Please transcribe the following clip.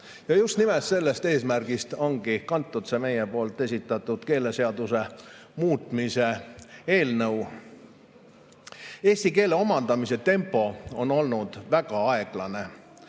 Just nimelt sellest eesmärgist ongi kantud see meie esitatud keeleseaduse muutmise [seaduse] eelnõu. Eesti keele omandamise tempo on olnud väga aeglane.